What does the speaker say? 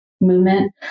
movement